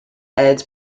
ads